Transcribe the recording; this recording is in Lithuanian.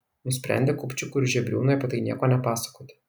nusprendė kupčikui ir žebriūnui apie tai nieko nepasakoti